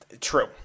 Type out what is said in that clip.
True